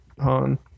Han